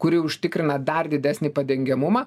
kuri užtikrina dar didesnį padengiamumą